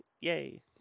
Yay